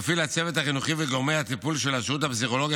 מפעיל הצוות החינוכי וגורמי הטיפול של השירות הפסיכולוגי